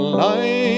light